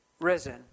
risen